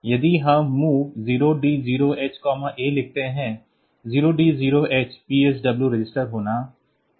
इसलिए यदि हम MOV 0D0h A लिखते हैं 0D0h PSW रजिस्टर होना होता है